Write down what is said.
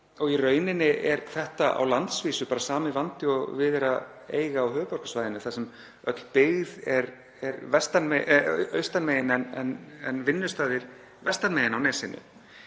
Í rauninni er þetta á landsvísu bara sami vandi og við er að eiga á höfuðborgarsvæðinu þar sem öll byggð er austan megin en vinnustaðir vestan megin á nesinu.